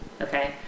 Okay